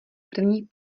první